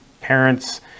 parents